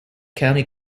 county